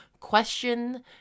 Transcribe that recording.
question